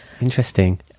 Interesting